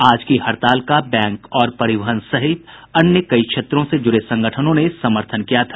आज की हड़ताल का बैंक और परिवहन सहित कई अन्य क्षेत्रों से जुड़े संगठनों ने समर्थन किया था